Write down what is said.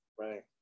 right